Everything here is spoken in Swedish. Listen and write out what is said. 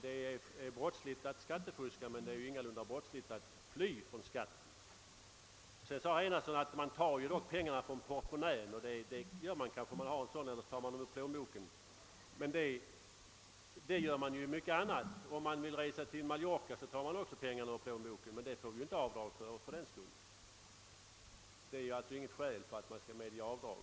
Det är brottsligt att skattefuska men ingalunda att fly från skatten. Herr Enarsson sade att man dock tar pengarna från portmonnän, och det gör man kanske om man har en sådan, eller också tar man dem ur plånboken. Så gör man emellertid också när det gäller mycket annat. Om man vill resa till Mallorca tar man också pengarna ur plånboken men det får ju inte göras något avdrag fördenskull. Detta är alltså inget skäl för att man skall medge avdrag.